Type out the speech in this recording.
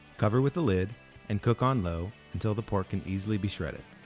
cover with the lid and cook on low until the pork can easily be shredded,